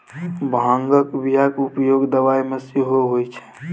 भांगक बियाक उपयोग दबाई मे सेहो होए छै